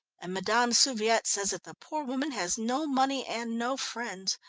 and madame souviet says that the poor woman has no money and no friends.